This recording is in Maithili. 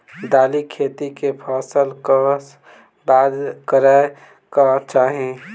दालि खेती केँ फसल कऽ बाद करै कऽ चाहि?